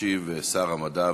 ישיב שר המדע,